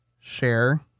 share